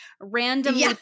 randomly